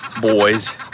boys